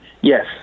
Yes